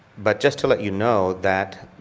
but just to let you know that